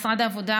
משרד העבודה,